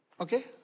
Okay